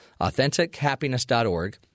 AuthenticHappiness.org